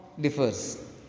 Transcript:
differs